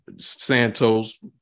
Santos